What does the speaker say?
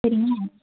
சரிங்களா